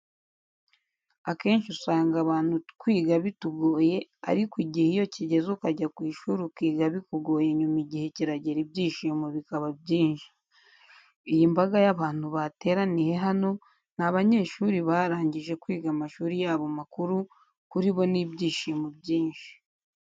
Akenshi usanga abantu twiga bitugoye ariko igihe iyo kigeze ukajya ku ishuri ukiga bikugoye nyuma igihe kiragera ibyishimo bikaba byinshi. Iyi mbaga y'abantu bateraniye hano ni abanyeshuri barangije kwiga amashuri yabo makuru, kuri bo ni ibyishimo byinshi.